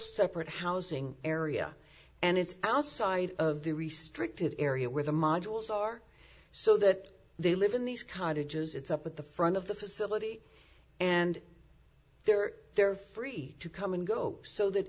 separate housing area and it's outside of the restricted area where the modules are so that they live in these kind of tj's it's up at the front of the facility and they're they're free to come and go so that